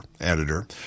editor